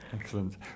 Excellent